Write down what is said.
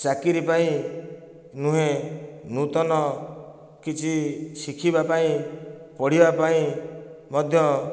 ଚାକିରୀ ପାଇଁ ନୁହେଁ ନୂତନ କିଛି ଶିଖିବା ପାଇଁ ପଢ଼ିବା ପାଇଁ ମଧ୍ୟ